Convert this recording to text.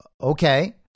Okay